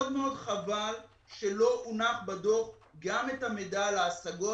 חבל מאוד שלא הונח בדוח גם המידע על ההשגות.